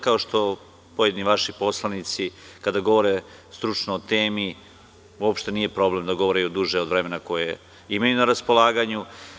Kao što pojedini vaši poslanici kada govore stručno o temi, uopšte nije problem da govore duže od vremena koje imaju na raspolaganju.